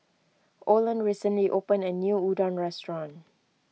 Olen recently opened a new Udon restaurant